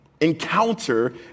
encounter